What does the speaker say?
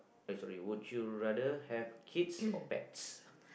eh sorry would you rather have kids or pets